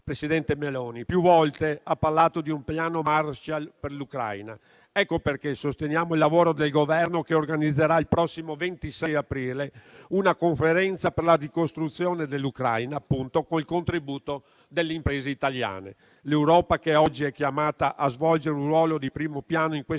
presidente Meloni più volte ha parlato di un piano Marshall per l'Ucraina. Ecco perché sosteniamo il lavoro del Governo, che organizzerà il prossimo 26 aprile una Conferenza per la ricostruzione dell'Ucraina, con il contributo delle imprese italiane. L'Europa che oggi è chiamata a svolgere un ruolo di primo piano in questo